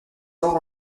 fort